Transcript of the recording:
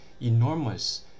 enormous